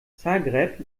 zagreb